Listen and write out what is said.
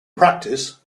practice